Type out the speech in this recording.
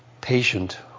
patient